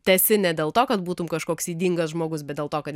tęsi ne dėl to kad būtumei kažkoks ydingas žmogus bet dėl to kad